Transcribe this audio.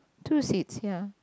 two seats ya